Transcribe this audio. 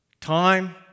time